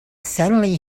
suddenly